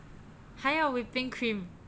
还要 whipping cream